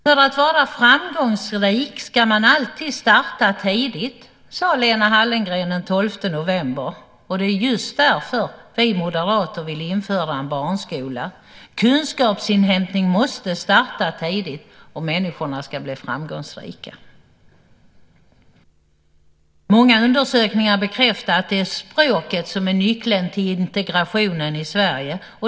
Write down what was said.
För att vara framgångsrik ska man alltid starta tidigt, sade Lena Hallengren den 12 november. Det är just därför vi moderater vill införa en barnskola. Kunskapsinhämtning måste starta tidigt om människorna ska bli framgångsrika. Många undersökningar bekräftar att det är språket som är nyckeln till integrationen i Sverige.